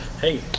hey